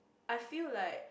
I feel like